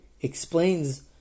Explains